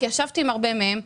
כי ישבתי עם הרבה מהם,